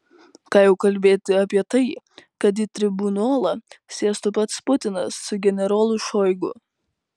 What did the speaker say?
ką jau kalbėti apie tai kad į tribunolą sėstų pats putinas su generolu šoigu